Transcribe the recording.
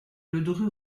ledru